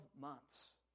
months